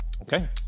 Okay